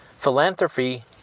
Philanthropy